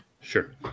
Sure